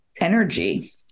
energy